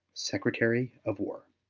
secretary of war.